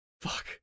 Fuck